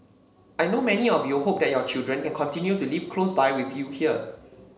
I know many of you hope that your children can continue to live close by with you here